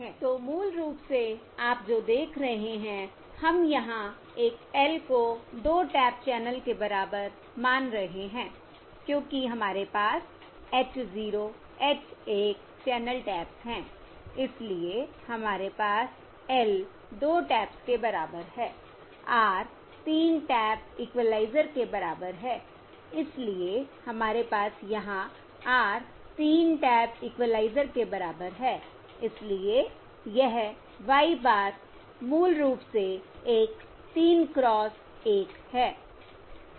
तो मूल रूप से आप जो देख रहे हैं हम यहां एक L को 2 टैप चैनल के बराबर मान रहे हैं क्योंकि हमारे पास h 0 h 1 चैनल टैप्स है इसलिए हमारे पास L 2 टैप्स के बराबर है R 3 टैप इक्विलाइज़र के बराबर है इसलिए हमारे पास यहां R 3 टैप इक्विलाइज़र के बराबर है इसलिए यह y bar मूल रूप से एक 3 क्रॉस 1 है